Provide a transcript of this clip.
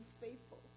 faithful